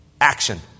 action